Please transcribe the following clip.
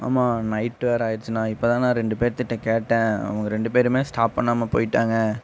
ஆமாம் நைட் வேறே ஆகிருச்சிண்ணா இப்போதாண்ணா ரெண்டு பேர்த்துட்ட கேட்டேன் அவங்க ரெண்டு பேருமே ஸ்டாப் பண்ணாமல் போயிட்டாங்க